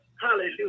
Hallelujah